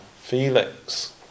Felix